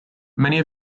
many